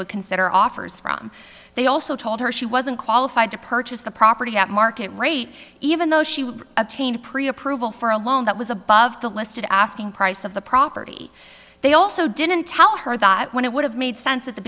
would consider offers from they also told her she wasn't qualified to purchase the property at market rate even though she obtained pre approval for a loan that was above the listed asking price of the property they also didn't tell her that when it would have made sense at the